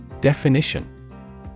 Definition